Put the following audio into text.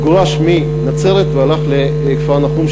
שגורש מנצרת והלך לכפר-נחום,